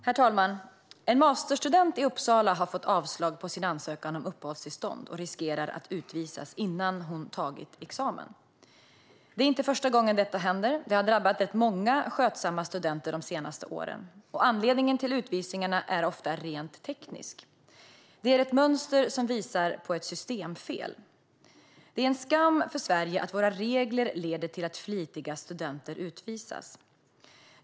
Herr talman! En masterstudent i Uppsala har fått avslag på sin ansökan om uppehållstillstånd och riskerar att utvisas innan hon har tagit examen. Det är inte första gången som detta händer. Det har drabbat rätt många skötsamma studenter under de senaste åren. Anledningen till utvisningarna är ofta rent teknisk. Det är ett mönster som visar på ett systemfel. Det är en skam för Sverige att våra regler leder till att flitiga studenter utvisas.